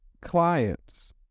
clients